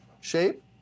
shape